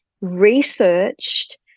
researched